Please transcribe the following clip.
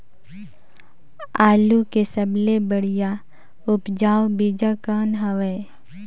आलू के सबले बढ़िया उपजाऊ बीजा कौन हवय?